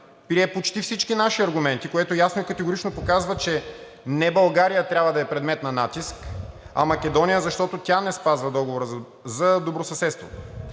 почти всички наши аргументи, което ясно и категорично показва, че не България трябва да е предмет на натиск, а Македония, защото тя не спазва Договора за добросъседство.